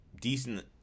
decent